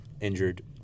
injured